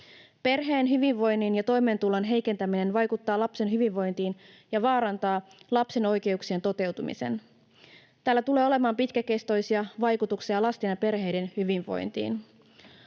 Perheen hyvinvoinnin ja toimeentulon heikentäminen vaikuttaa lapsen hyvinvointiin ja vaarantaa lapsen oikeuksien toteutumisen. Tällä tulee olemaan pitkäkestoisia vaikutuksia lasten ja perheiden hyvinvointiin.